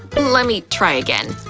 lemme try again.